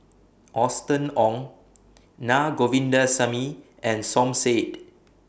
Austen Ong Na Govindasamy and Som Said